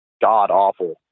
god-awful